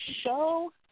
show